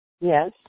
Yes